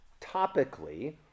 topically